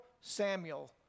Samuel